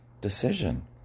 decision